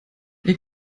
ihr